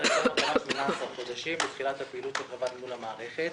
הרפורמה אורכה 18 חודשים מתחילת הפעילות של החברה מול המערכת.